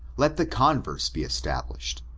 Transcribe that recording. let the converse be established,